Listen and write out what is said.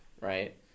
Right